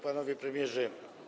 Panowie Premierzy!